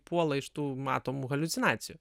puola iš tų matomų haliucinacijų